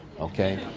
Okay